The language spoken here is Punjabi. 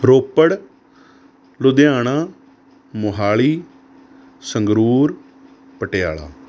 ਰੋਪੜ ਲੁਧਿਆਣਾ ਮੋਹਾਲੀ ਸੰਗਰੂਰ ਪਟਿਆਲਾ